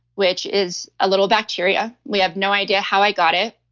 which is a little bacteria. we have no idea how i got it,